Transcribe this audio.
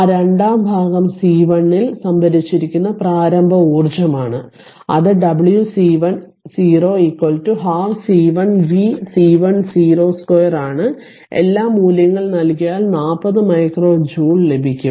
ആ രണ്ടാം ഭാഗം C1 ൽ സംഭരിച്ചിരിക്കുന്ന പ്രാരംഭ ഊർജ്ജമാണ് അത് w C1 0 12 C1 v C1 02 ആണ് എല്ലാ മൂല്യങ്ങൾ നൽകിയാൽ 40 മൈക്രോ ജൂൾ ലഭിക്കും